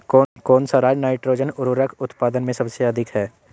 कौन सा राज नाइट्रोजन उर्वरक उत्पादन में सबसे अधिक है?